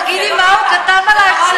תגידי רק מה הוא כתב עלייך,